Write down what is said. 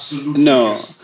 no